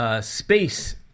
Space